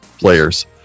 players